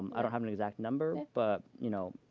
i don't have an exact number. but you know